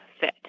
fit